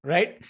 Right